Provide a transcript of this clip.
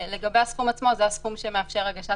לגבי הסכום זה הסכום שמאפשר הגשת